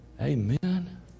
Amen